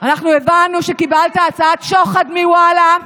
אנחנו הבנו שקיבלת הצעת שוחד מוואלה,